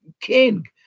King